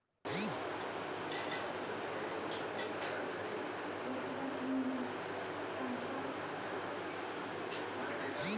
परिधान बजारो मे कश्मीरी काश्तकार के उत्पाद कश्मीरो के अर्थव्यवस्था में मजबूती दै बाला छै